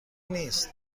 نیست